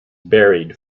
buried